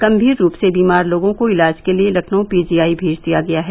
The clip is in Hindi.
गम्मीर रूप से बीमार लोगों को इलाज के लिये लखनऊ पीजीआई भेज दिया गया है